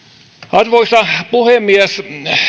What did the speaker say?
arvoisa puhemies